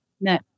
No